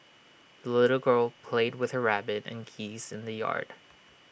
the little girl played with her rabbit and geese in the yard